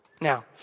Now